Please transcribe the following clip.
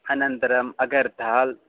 अनन्तरम् अगर्थाल्